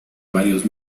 varios